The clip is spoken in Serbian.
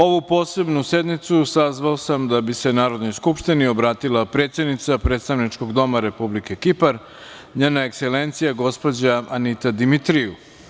Ovu posebnu sednicu sazvao sam da bi se Narodnoj skupštini obratila predsednica Predstavničkog doma Republike Kipar, Njena Ekselencija Anita Dimitriju.